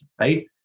right